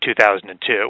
2002